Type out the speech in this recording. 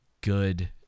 good